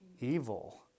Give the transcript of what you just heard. evil